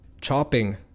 chopping